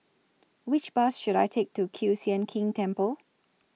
Which Bus should I Take to Kiew Sian King Temple